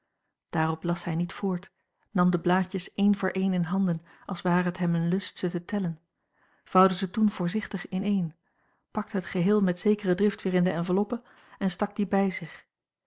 las hij niet voort nam de blaadjes een voor een in handen als ware het hem een lust ze te tellen vouwde ze toen voorzichtig ineen pakte het geheel met zekere drift weer in de enveloppe en stak die bij zich